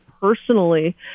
personally